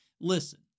Listen